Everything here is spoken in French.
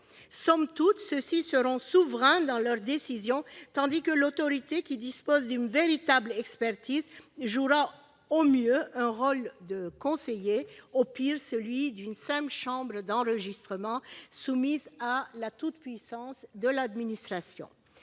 Somme toute, ces derniers seront souverains dans leurs décisions, tandis que l'autorité, qui dispose d'une véritable expertise, jouera au mieux un rôle de conseiller. Au pire, elle ne sera qu'une simple chambre d'enregistrement soumise à la toute-puissance de l'administration.